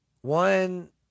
One